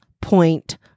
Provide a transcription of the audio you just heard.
point